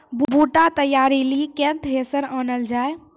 बूटा तैयारी ली केन थ्रेसर आनलऽ जाए?